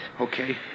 Okay